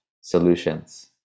solutions